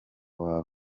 wawe